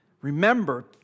Remember